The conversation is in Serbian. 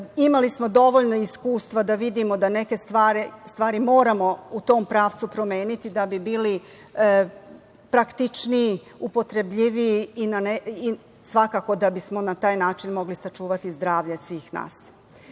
Imali smo dovoljno iskustva da vidimo da neke stvari moramo u tom pravcu promeniti da bi bili praktičniji, upotrebljiviji i svakako da bismo na taj način mogli sačuvati zdravlje svih nas.